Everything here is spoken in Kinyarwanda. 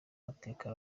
mateka